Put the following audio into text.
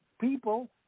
people